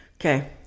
Okay